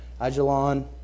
Ajalon